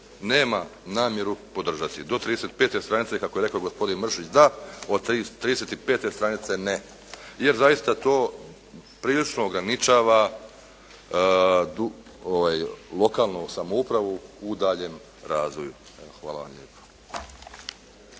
nema namjeru podržati. Do 35 stranice kako je rekao gospodin Mršić da, od 35 stranice ne, jer zaista to prilično ograničava lokalnu samoupravu u danjem razvoju. Evo, hvala vam lijepo.